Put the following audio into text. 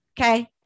okay